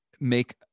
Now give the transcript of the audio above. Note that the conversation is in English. make